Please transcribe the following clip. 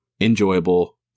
enjoyable